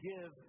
give